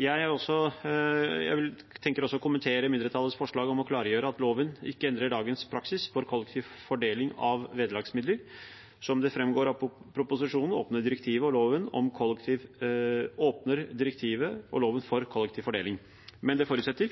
Jeg vil også kommentere mindretallets forslag om å klargjøre at loven ikke endrer dagens praksis for kollektiv fordeling av vederlagsmidler. Som det framgår av proposisjonen åpner direktivet og loven for kollektiv fordeling, men det forutsetter